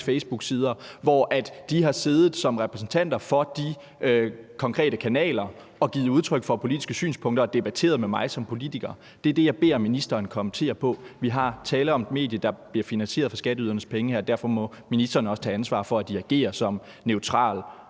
facebooksider – hvor de har siddet som repræsentanter for de kanaler og givet udtryk for politiske synspunkter og debatteret med mig som politiker. Det er det, jeg beder ministeren kommentere på. Der er tale om et medie, der bliver finansieret af skatteydernes penge, og derfor må ministeren også tage ansvar for, at de agerer som neutrale